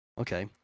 Okay